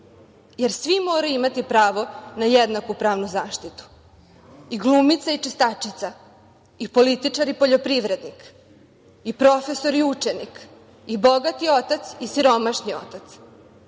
jer svi moraju imati pravo na jednaku pravnu zaštitu. I glumica i čistačica, i političar i poljoprivrednik, i profesor i učenik, i bogati otac i siromašni otac. Zato